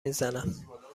میزنم